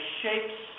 shapes